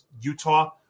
Utah